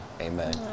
Amen